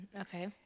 okay